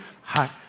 heart